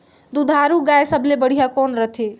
दुधारू गाय सबले बढ़िया कौन रथे?